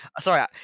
Sorry